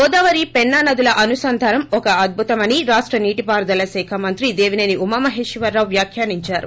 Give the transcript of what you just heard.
గోదావరి పెన్సా నదుల అనుసంధానం ఒక అద్భుతమని రాష్ట నీటి పారుదల శాఖ మంత్రి దేవిసేని ఉమామహేశ్వరరావు వ్యాఖ్యానించారు